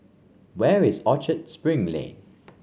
where is Orchard Spring Lane